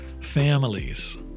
families